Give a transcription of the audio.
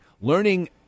learning